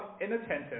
inattentive